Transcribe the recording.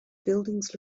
buildings